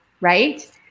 right